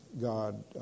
God